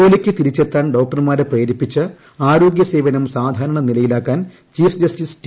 ജോലിക്ക് തിരിച്ചെത്താൻ ഡോക്ടർമാരെ പ്രേരിപ്പിച്ച് ആരോഗ്യ സേവനം സാധാരണ നിലയിലാക്കാൻ ചീഫ് ജസ്റ്റിസ് ടി